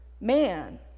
man